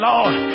Lord